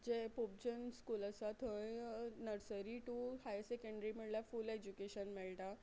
जें Pope John school आसा थंय नर्सरी टू हायर सॅकँडरी म्हळ्ळ्या फूल एज्युकेशन मेळटा